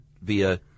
via